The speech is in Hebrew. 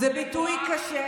זה ביטוי קשה,